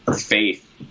faith